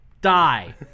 die